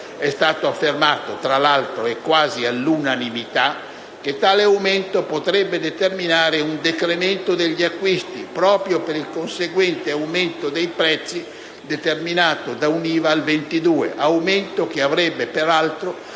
è stato affermato, tra l'altro e quasi all'unanimità, che tale aumento potrebbe determinare un decremento degli acquisti, proprio per il conseguente aumento dei prezzi determinato da un'IVA al 22 per cento, aumento che avrebbe una